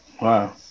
Wow